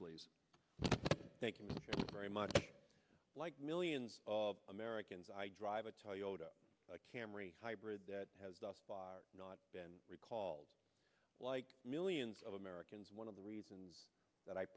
please thank you very much like millions of americans i drive a toyota camry hybrid that has thus far not been recalled like millions of americans one of the reasons that i